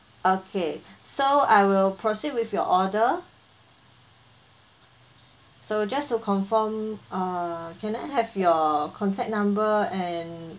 okay so I will proceed with your order so just to confirm err can I have your contact number and